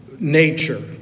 nature